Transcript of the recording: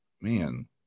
man